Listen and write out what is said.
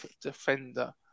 Defender